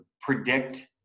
predict